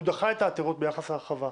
הוא דחה את העתירות ביחס להרחבה.